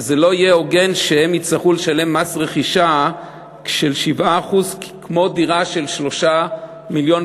שלא יהיה הוגן שהם יצטרכו לשלם מס רכישה של 7% כמו דירה של 3.2 מיליון.